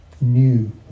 New